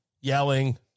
yelling